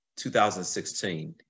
2016